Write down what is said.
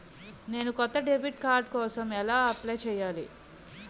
నేను కొత్త debit card కోసం ఎలా అప్లయ్ చేయాలి?